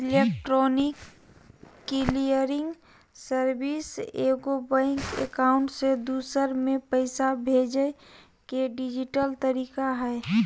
electronic clearing service एगो bank account से दूसर में पैसा भेजय के डिजिटल तरीका हइ